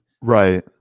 Right